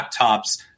laptops